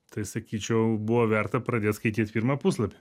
tai sakyčiau buvo verta pradėt skaityt pirmą puslapį